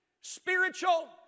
spiritual